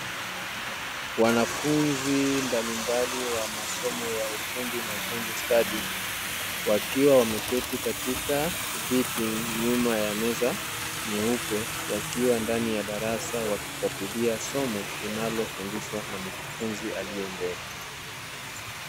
Wanafunzi mbalimbali wa masomo ya ufundi na ufundi stadi, wakiwa wameketi katika viti nyuma ya meza nyeupe, wakiwa ndani ya darasa wakifatilia somo, linalofundishwa na mkufunzi aliye mbele.